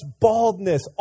baldness